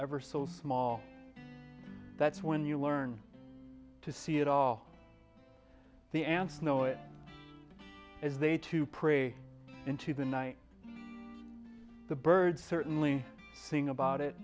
ever so small that's when you learn to see it all the answer no it is they to pray into the night the birds certainly sing about it